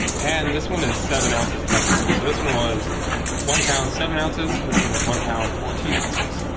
and this one is seven ounces heavier. so this one was one pound seven ounces this one was one pound fourteen ounces.